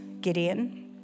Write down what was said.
Gideon